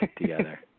together